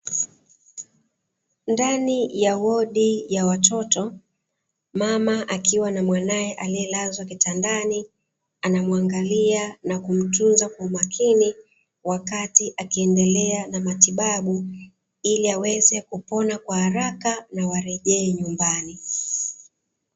Ndani ya wodi ya watoto, mama akiwa na mwanae aliyelazwa kitandani anamuangalia na kumtunza kwa umakini, wakati akiendelea na matibabu ili aweze kupona kwa haraka na warejee nyumbani.